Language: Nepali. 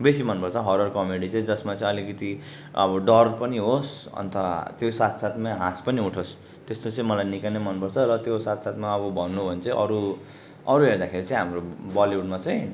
बेसी मनपर्छ हरर कमेडी चाहिँ जसमा चाहिँ अलिकति अब डर पनि होस् अन्त त्यो साथसाथमै हाँस पनि उठोस् त्यस्तो चाहिँ मलाई निकै नै मनपर्छ र त्यो साथसाथमा अब भन्नु हो भने चाहिँ अरू अरू हेर्दाखेरि चाहिँ हाम्रो बलिउडमा चाहिँ